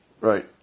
Right